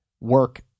work